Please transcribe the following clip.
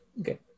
Okay